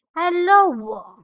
Hello